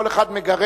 כל אחד מגרד,